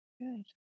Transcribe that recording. Good